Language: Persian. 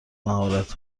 مهارت